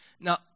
Now